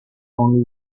only